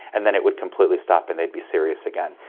and then it would completely stop and they'd be serious again.